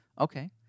Okay